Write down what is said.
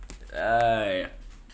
!aiya!